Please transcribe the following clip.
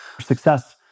Success